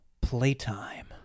playtime